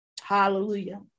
Hallelujah